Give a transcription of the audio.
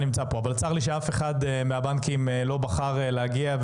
שאף אחד מנציגי הבנקים לא בחר להגיע,